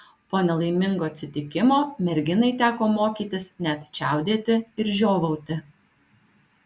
po nelaimingo atsitikimo merginai teko mokytis net čiaudėti ir žiovauti